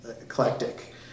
eclectic